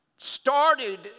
started